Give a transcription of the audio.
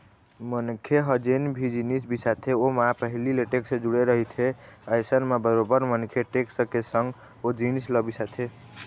मनखे ह जेन भी जिनिस बिसाथे ओमा पहिली ले टेक्स जुड़े रहिथे अइसन म बरोबर मनखे टेक्स के संग ओ जिनिस ल बिसाथे